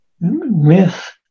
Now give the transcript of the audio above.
Myth